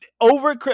Over